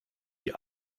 die